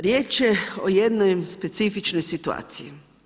Riječ je o jednoj specifičnoj situaciji.